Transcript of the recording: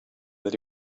that